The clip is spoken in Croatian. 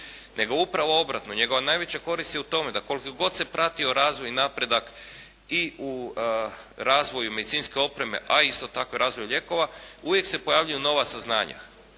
nego upravo obratno. Njegova najveća korist je u tome da koliko god se pratio razvoj i napredak i u razvoju medicinske opreme, a isto tako razvoju lijekova uvijek se pojavljuju nova saznanja